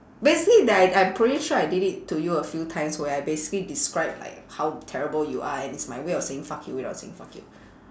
basically that I I pretty sure I did it to you a few times where I basically describe like how terrible you are and it's my way of saying fuck you without saying fuck you